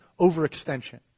Overextension